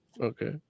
Okay